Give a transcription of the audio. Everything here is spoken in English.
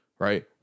Right